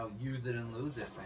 use-it-and-lose-it